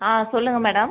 ஆ சொல்லுங்கள் மேடம்